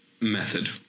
method